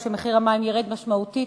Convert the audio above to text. או שמחיר המים ירד משמעותית,